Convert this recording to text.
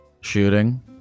shooting